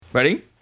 Ready